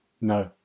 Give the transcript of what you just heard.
No